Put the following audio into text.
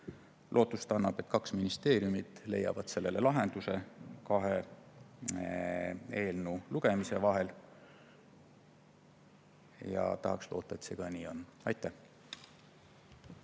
Lootust annab, et kaks ministeeriumi leiavad sellele lahenduse eelnõu kahe lugemise vahel. Tahaks loota, et see ka nii läheb. Aitäh!